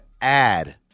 add